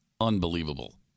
Unbelievable